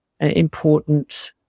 important